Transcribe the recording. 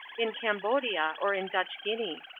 in cambodia or in dutch guinea.